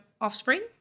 offspring